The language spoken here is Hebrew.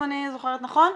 אם אני זוכרת נכון,